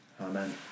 Amen